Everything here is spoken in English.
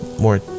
more